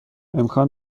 امکان